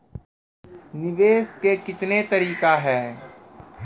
निवेश के कितने तरीका हैं?